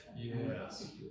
Yes